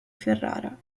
ferrara